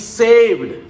saved